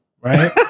right